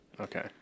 Okay